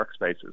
workspaces